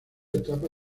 etapa